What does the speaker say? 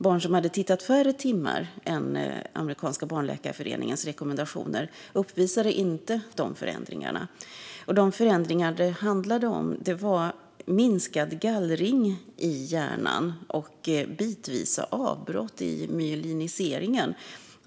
Barnen som hade tittat färre timmar än vad den amerikanska barnläkarföreningens rekommenderar uppvisade inte dessa förändringar. De förändringar det handlar om är minskad gallring i hjärnan och bitvisa avbrott i myeliniseringen.